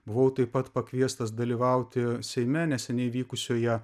buvau taip pat pakviestas dalyvauti seime neseniai vykusioje